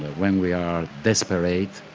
when we are desperate,